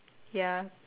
ya